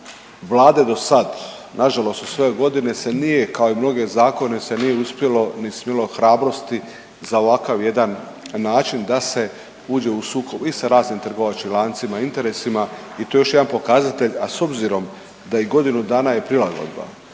vlade dosada nažalost su sve ove godine se nije kao i mnoge zakone se nije uspjelo ni smjelo hrabrosti za ovakav jedan način da se uđe u sukob i sa raznim trgovačkim lancima i interesima i to je još jedan pokazatelj, a s obzirom da je i godinu dana je prilagodba